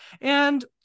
And-